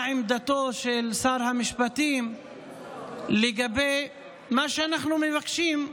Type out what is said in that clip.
מה עמדתו של שר המשפטים לגבי מה שאנחנו מבקשים,